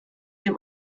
dem